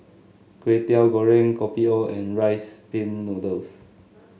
Kway Teow Goreng Kopi O and Rice Pin Noodles